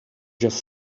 just